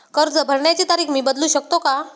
कर्ज भरण्याची तारीख मी बदलू शकतो का?